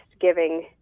giving